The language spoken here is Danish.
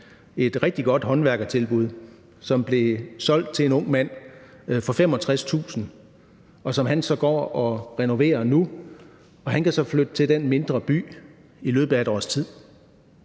et rigtig godt håndværkertilbud, som blev solgt til en ung mand for 65.000 kr. Det går han så nu og renoverer. Han kan så i løbet af et års tid